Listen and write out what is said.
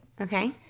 Okay